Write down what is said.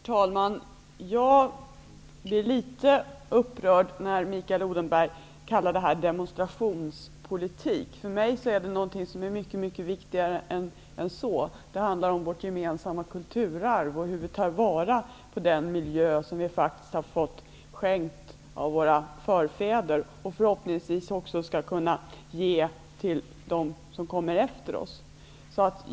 Herr talman! Jag blir litet upprörd när Mikael Odenberg kallar detta för demonstrationspolitik. För mig är det något som är mycket viktigare än så. Det handlar om vårt gemensamma kulturarv och hur vi tar vara på den miljö som vi har fått till skänks av våra förfäder, och som vi förhoppningsvis också skall kunna lämna vidare till dem som kommer efter oss.